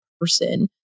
person